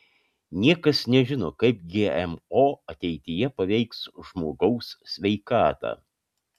niekas nežino kaip gmo ateityje paveiks žmogaus sveikatą